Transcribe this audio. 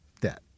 debt